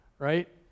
Right